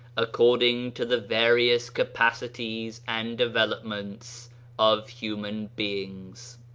according to the various capacities and developments of human beings.